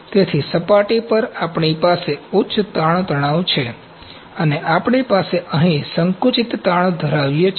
તેથી સપાટી પર આપણી પાસે ઉચ્ચ તાણ તણાવ છે અને આપણે અહીં સંકુચિત તાણ ધરાવીએ છીએ